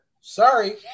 Sorry